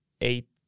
eight